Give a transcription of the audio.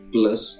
Plus